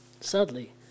Sadly